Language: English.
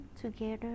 together